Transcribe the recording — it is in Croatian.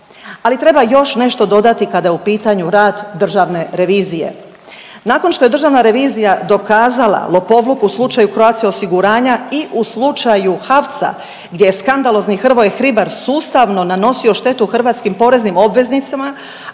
ali treba još nešto dodati kada je u pitanju rad državne revizije. Nakon što je državna revizija dokazala lopovluk u slučaju Croatia osiguranja i u slučaju HAVC-a gdje je skandalozni Hrvoje Hribar sustavno nanosio štetu hrvatskim poreznim obveznicima,